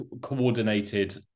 coordinated